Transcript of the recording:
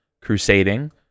crusading